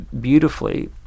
beautifully